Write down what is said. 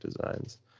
designs